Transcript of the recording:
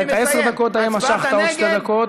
אבל את העשר דקות האלה משכת עוד שתי דקות,